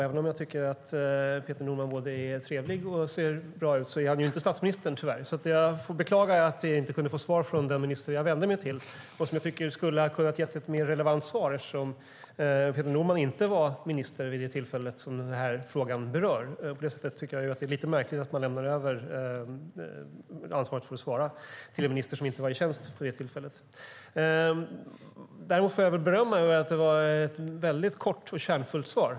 Även om jag tycker att Peter Norman både är trevlig och ser bra ut är han tyvärr inte statsministern, så jag beklagar att jag inte kunde få svar från den minister som jag vände mig till och som jag tycker skulle ha kunnat ge ett mer relevant svar, eftersom Peter Norman inte var minister vid det tillfälle som den här frågan gäller. Jag tycker att det är lite märkligt att man lämnar över ansvaret att svara till en minister som inte var i tjänst vid det tillfället. Däremot får jag väl berömma ministern för att det var ett mycket kort och kärnfullt svar.